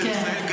של ישראל,